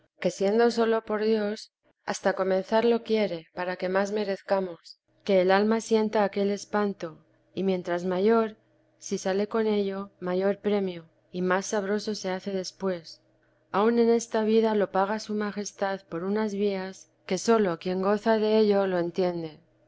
que siendo sólo por dios hasta comenzarlo quiere para que más merezcamos que el alma sienta aquel espanto y mientras mayor si sale con ello mayor premio y más sabroso se hace después aun en esta vida lo paga su majestad por unas vías que sólo quien goza dello lo entiende